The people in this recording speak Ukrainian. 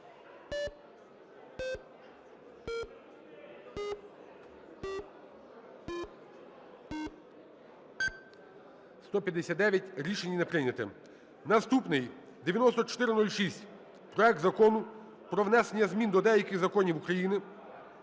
За-159 Рішення не прийняте. Наступний – 9406: проект Закону про внесення змін до деяких законів України